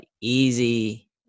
easy